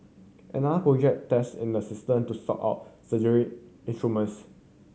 another project test in the system to sort out surgery instruments